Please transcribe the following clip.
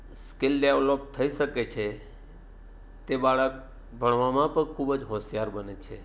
skill develop થઈ શકે છે તે બાળક ભણવામાં તો ખૂબ જ હોશિયાર બને છે